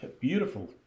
beautiful